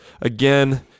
again